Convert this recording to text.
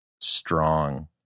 strong